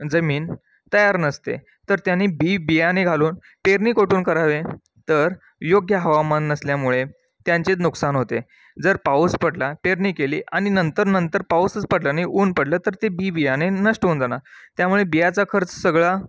जमीन तयार नसते तर त्यानी बि बियाणे घालून पेरणी कुठून करावे तर योग्य हवामान नसल्यामुळे त्यांचे नुकसान होते जर पाऊस पडला पेरणी केली आणि नंतर नंतर पाऊसच पडला नाही ऊन पडलं तर ते बी बियाणे नष्ट होऊन जाणार त्यामुळे बियाचा खर्च सगळा